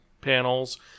panels